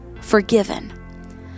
forgiven